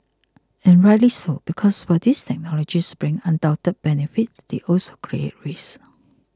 and rightly so because while these technologies bring undoubted benefits they also create risks